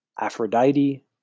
Aphrodite